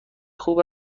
خوب